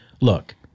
look